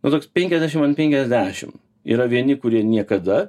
nu toks penkiasdešim ant penkiasdešim yra vieni kurie niekada